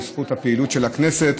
בזכות הפעילות של הכנסת,